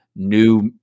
new